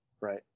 Right